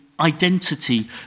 identity